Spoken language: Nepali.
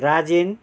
राजेन